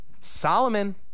Solomon